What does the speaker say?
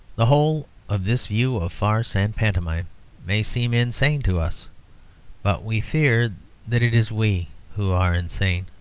the whole of this view of farce and pantomime may seem insane to us but we fear that it is we who are insane.